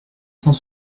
cent